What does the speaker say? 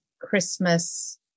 Christmas